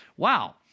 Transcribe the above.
Wow